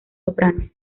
soprano